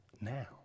now